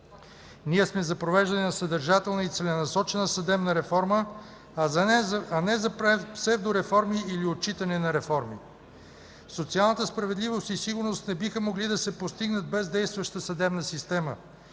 Ние сме за провеждане на съдържателна и целенасочена съдебна реформа, а не за псевдореформи или отчитане на реформи. Социалната справедливост и сигурност не биха могли да се постигнат без действаща съдебна система,